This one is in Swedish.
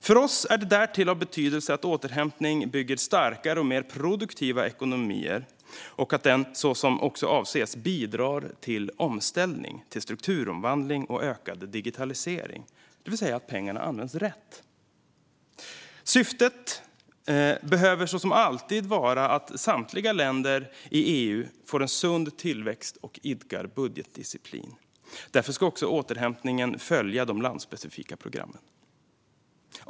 För oss är det därtill av betydelse att återhämtning bygger starkare och mer produktiva ekonomier och också, så som avses, bidrar till omställning, till strukturomvandling och till ökad digitalisering - det vill säga att pengarna används rätt. Syftet behöver, som alltid, vara att samtliga länder i EU får en sund tillväxt och idkar budgetdisciplin. Därför ska också återhämtningen följa de landsspecifika programmen.